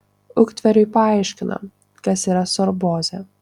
uktveriui paaiškino kas yra sorbozė